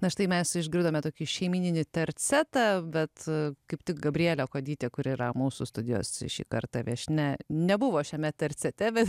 na štai mes išgirdome tokį šeimyninį tercetą bet kaip tik gabrielė kuodytė kuri yra mūsų studijos šį kartą viešnia nebuvo šiame tercete bet